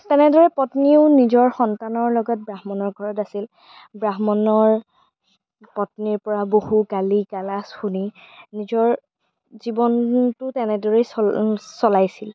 তেনেদৰে পত্নীয়েও নিজৰ সন্তানৰ লগত ব্ৰাহ্মণৰ ঘৰত আছিল ব্ৰাহ্মণৰ পত্নীৰ পৰা বহু গালি গালাজ শুনি নিজৰ জীৱনটো তেনেদৰেই চলা চলাইছিল